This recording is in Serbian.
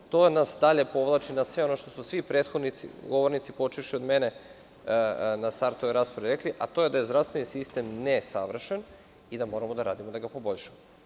To nas dalje povlači na sve ono što su prethodni govornici, počevši od mene, na startu ove rasprave rekli, a to je da je zdravstveni sistem ne savršen i da moramo da radimo da ga poboljšamo.